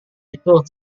itu